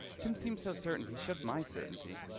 jim seem so certain he shook my certainty.